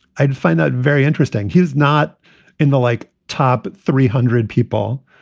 i'd find that very interesting. he's not in the like top three hundred people.